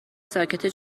ساکته